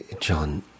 John